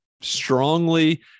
strongly